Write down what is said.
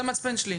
זה המצפן שלי.